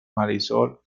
marisol